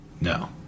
No